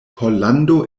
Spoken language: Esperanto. pollando